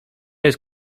jest